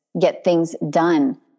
get-things-done